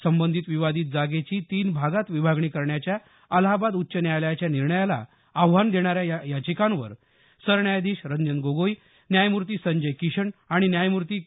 संबंधित विवादित जागेची तीन भागात विभागणी करण्याच्या अलाहाबाद उच्च न्यायालयाच्या निर्णयाला आव्हान देणाऱ्या या याचिकांवर सरन्यायाधीश रंजन गोगोई न्यायमूर्ती संजय किशन आणि न्यायमूर्ती के